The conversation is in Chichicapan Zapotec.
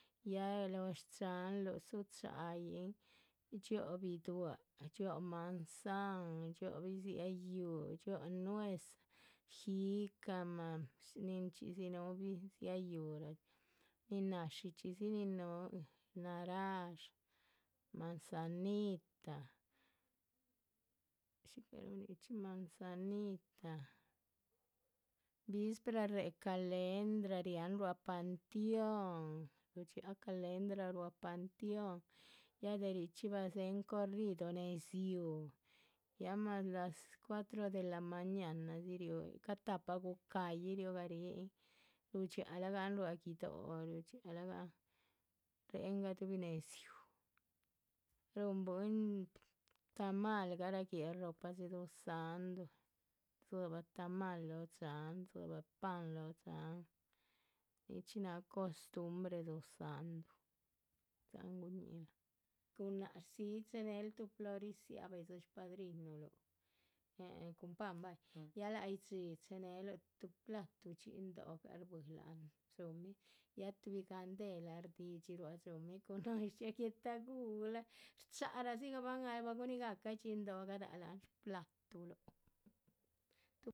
Yah lóho shdxáhanluh dzú cha´yin, dxióho bidua´c, dxióho manzan, dxióho bidziáha yuuh, dxióho nueza, jicama, ninchxí dzi núhu bidziáha yuuh rahchxi, nin náshi chxídzi. nin núhu narádxa, manzanita, shícaruh nichxí, manzanita vispra réhe calendra, riáhan ruá panteón rudxiáha calendra ruá panteón, ya de richxí ba dzéhen corrido. nédziu ya mas las cuatro de la mañana dzi riúhun, shcáh tahpa shcaýih riurahrihin rudxiáh lagahan ruá guido´, rudxiáh lagahan, réhen gaduhubi nédziu, rúhun bwín tamal. garáh guéhl róhpa dxí duzáhndu, rdzíbah tamal lóho dxáhan, rdzíbah pan lóho dxáhan, nichxí náha shcostumbre duzáhndu, gunáhc rdzíyih chéheneluh. tuh plori nzia´ba yíhdzi shpadrinuluh, eheh cun pan bahyih, ya láhayidxi, chéheneluh tuh platuh dhxín dóh, ár shbuíhi láhan dxúhumi, yah tuhbi gandehla rdídxi ruá dxúmih. cuhun núhun dxiáac guetaguhla, shcháharadzibahn arahbah guníhi gahcahn dhxín dóh gadáha láhan shplatuluh